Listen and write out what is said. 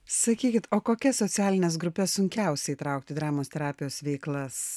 sakykit o kokias socialines grupes sunkiausia įtraukt į dramos terapijos veiklas